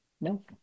No